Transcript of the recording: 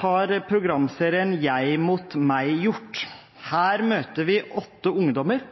har programserien «Jeg mot meg» gjort. Her møter vi åtte ungdommer